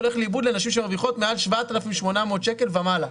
הולך לאיבוד לנשים שמרוויחות מעל 7,800 שקלים ומעלה.